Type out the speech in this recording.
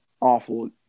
awful